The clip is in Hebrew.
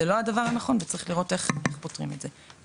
זה לא הדבר הנכון וצריך לראות איך פותרים את זה.